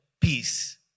peace